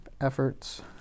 efforts